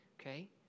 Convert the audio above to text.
okay